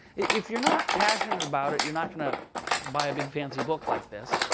if you're not passionate about it, you're not going to buy a big fancy book like this.